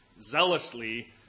zealously